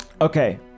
Okay